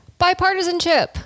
Bipartisanship